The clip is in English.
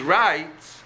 rights